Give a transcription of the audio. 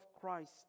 Christ